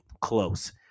Close